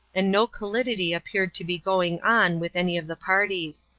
and no callidity appeared to be going on with any of the parties.